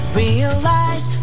realize